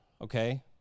okay